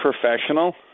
professional –